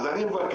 אז אני מבקש